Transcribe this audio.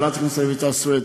חברת הכנסת רויטל סויד,